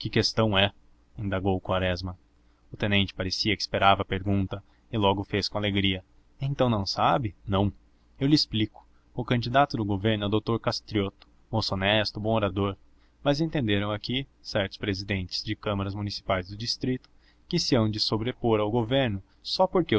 questão é indagou quaresma o tenente parecia que esperava a pergunta e logo fez com alegria então não sabe não eu lhe explico o candidato do governo é o doutor castrioto moço honesto bom orador mas entenderam aqui certos presidentes de câmaras municipais do distrito que se hão de sobrepor ao governo só porque